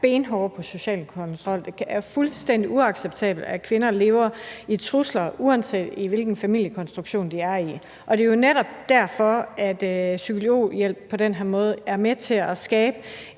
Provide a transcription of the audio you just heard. benhårde på social kontrol; det er fuldstændig uacceptabelt, at kvinder lever med trusler, uanset hvilken familiekonstruktion de er i. Og det er jo netop derfor, at psykologhjælp på den her måde er med til at skabe